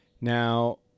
Now